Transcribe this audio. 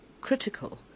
critical